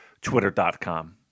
Twitter.com